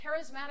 charismatic